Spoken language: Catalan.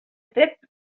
fred